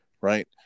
Right